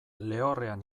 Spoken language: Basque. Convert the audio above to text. lehorrean